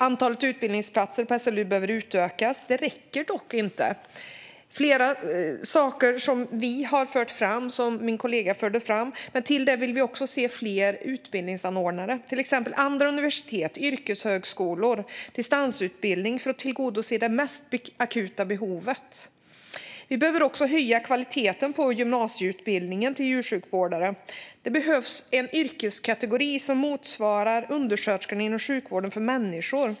Antalet utbildningsplatser på SLU behöver utökas, men det räcker inte. Vi har föreslagit flera saker, vilket min kollega förde fram, men utöver det vill vi se fler utbildningsanordnare - till exempel andra universitet, yrkeshögskolor och distansutbildning - för att tillgodose det mest akuta behovet. Vi behöver också höja kvaliteten på gymnasieutbildningen till djursjukvårdare. Det behövs en yrkeskategori som motsvarar undersköterskorna inom sjukvården för människor.